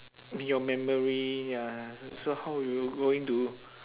your memory ya so how you going to